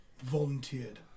volunteered